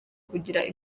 kugirango